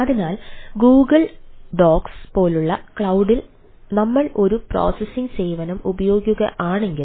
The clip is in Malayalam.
അതിനാൽ Google ഡോക്സ് പോലുള്ള ക്ലൌഡിൽ നമ്മൾ ഒരു പ്രോസസ്സിംഗ് സേവനം ഉപയോഗിക്കുകയാണെങ്കിൽ